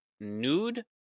Nude